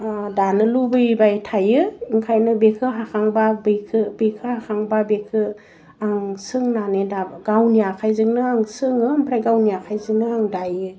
दानो लुबैबाय थायो ओंखायनो बेखौ हाखांबा बेखौ बेखौ हाखांबा बेखौ आं सोंनानै दा गावनि आखाइजोंनो आं सोङो ओमफ्राय गावनि आखाइजोंनो आं दायो